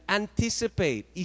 anticipate